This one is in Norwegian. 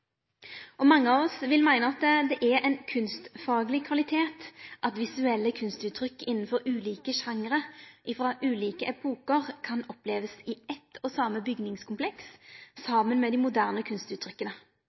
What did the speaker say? Mange av oss vil meine at det er ein kunstfagleg kvalitet at visuelle kunstuttrykk innanfor ulike sjangrar og frå ulike epokar kan opplevast i eitt og same bygningskompleks,